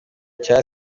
icyayi